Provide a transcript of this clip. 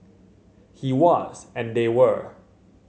he was and they were